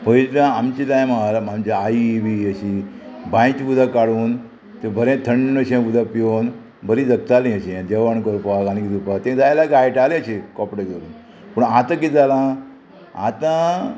पयलीं आमच्या टायमार आमच्या आई बी अशी बांयची उदक काडून तें बरें थंड अशें उदक पिवन बरीं जगतालीं अशें जेवण करपाक आनी किदें दिवपाक तें जायल्यार गायटालें अशें कपडे धरून पूण आतां किदें जालां आतां